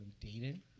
dating